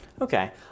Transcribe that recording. Okay